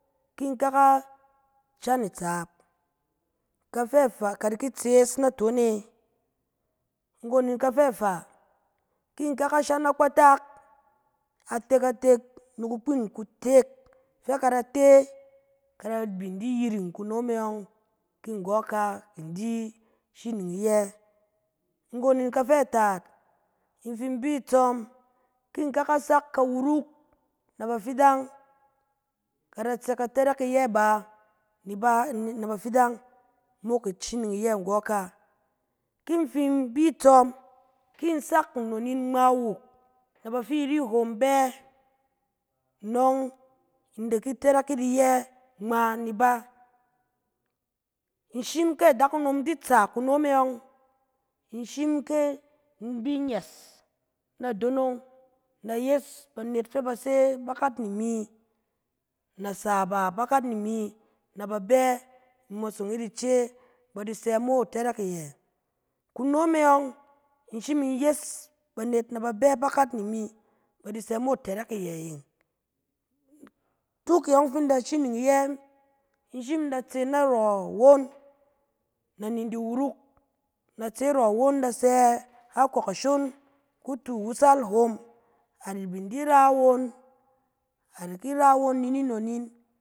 Kin ka ka shang itsaap, ka fɛ faa ka da di tsees naton e. Nggon in kafɛ faa, kin in ka ka shang akpatak, atek atek ni kukpin kutek fɛ ka da te, ka da bin di yiring ni kunom e ƴɔng fi nggɔ ka bin di shining iyɛ. Nggon in kafɛ taat, in fi in bi tsɔm, ki in ka ka sak ka wuruk na bafidan, ka da tse ka tarak iyɛ bá ni ba na bafidan mok ishining iyɛ nggɔ ka. Kin in fin bi tsɔm, ki in sak nnon in ngma wuk, na ba fi ri hom bɛ nɔng in da ki tɛrɛk iyɛ ngma ni ba. In shim ke adakunom di tsɛ kunom e yɔng, in shim ke in bi nyes na donong, na yes banet fɛ ba se bakat ni imi, nasa bá bakat ni imi, na ba bɛ in mosong it ice, ba di sɛ mo itɛrɛk iyɛ. Kunom e yɔng, in shim in yes banet na ba bɛ bakat ni imi, na ba di sɛ mo itɛrɛk iyɛ yeng. tuk ke yɔng fi in da shining iyɛ ne, in shim in da tse narɔ awon, na nin di wuruk, na tseet arɔ awon, in da sɛ akɔk ashon kutu wasal hom, a da bin di ra won. A da ki ra won ni ni nnon in,